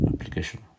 application